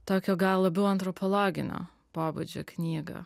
tokio gal labiau antropologinio pobūdžio knygą